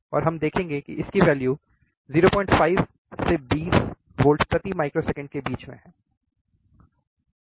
और हम देखेंगे कि इसकी वैल्यू 05 20 वोल्ट प्रति माइक्रोसेकंड के बीच है